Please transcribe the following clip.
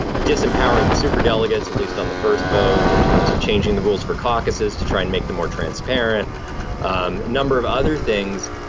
disempowering the superdelegates, at least on the first vote in terms of changing the rules for caucuses to try and make them more transparent. a um number of other things,